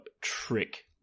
trick